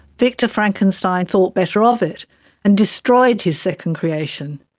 victor frankenstein thought better of it and destroyed his second creation,